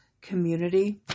community